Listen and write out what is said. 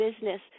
business